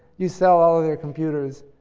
you sell all of their computers.